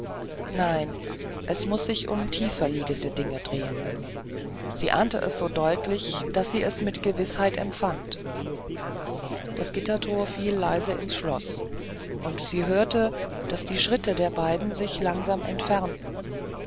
nein es muß sich um tieferliegende dinge drehen sie ahnte es so deutlich daß sie es wie gewißheit empfand das gittertor fiel leise ins schloß und sie hörte daß die schritte der beiden sich langsam entfernten